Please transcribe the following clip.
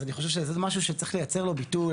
אז אני חושב שזה משהו שצריך לייצר לו ביטוי.